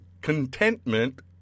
contentment